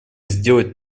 сделать